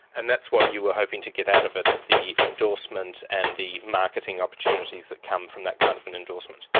and that's what you were hoping to get out of it, the endorsement and the marketing opportunities that come from that kind of an endorsement?